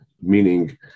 meaning